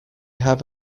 have